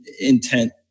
intent